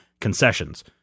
concessions